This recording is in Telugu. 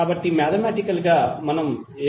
కాబట్టి మాథమేటికల్ గా మనం ఏమి వ్రాయగలం